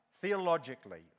theologically